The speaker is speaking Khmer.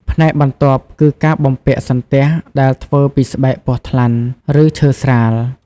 ផ្នែកបន្ទាប់ គឺការបំពាក់ សន្ទះ ដែលធ្វើពីស្បែកពស់ថ្លាន់ ឬឈើស្រាល។